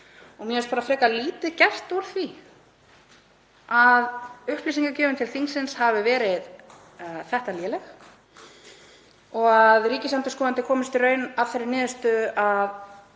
Mér finnst frekar lítið gert úr því að upplýsingagjöfin til þingsins hafi verið þetta léleg og að ríkisendurskoðandi komist í raun að þeirri niðurstöðu að